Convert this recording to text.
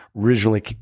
originally